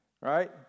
right